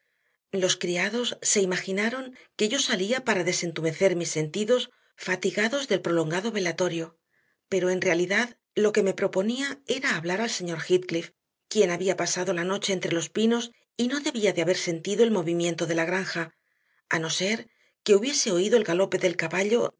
los criados se imaginaron que yo salía para desentumecer mis sentidos fatigados del prolongado velatorio pero en realidad lo que me proponía